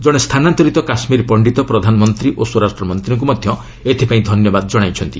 ଜଣେ ସ୍ଥାନାନ୍ତରିତ କାଶ୍ୱୀର ପଣ୍ଡିତ ପ୍ରଧାନମନ୍ତ୍ରୀ ଓ ସ୍ୱରାଷ୍ଟ୍ରମନ୍ତ୍ରୀଙ୍କୁ ମଧ୍ୟ ଏଥିପାଇଁ ଧନ୍ୟବାଦ ଜଣାଇଛନ୍ତି